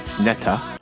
Netta